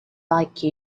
like